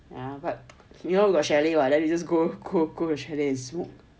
yeah but you know the chalet you let you just go the chalet and smoke